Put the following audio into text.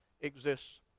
exists